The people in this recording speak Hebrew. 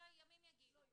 ימים יגידו.